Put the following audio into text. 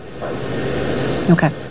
Okay